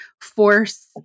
force